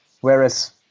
whereas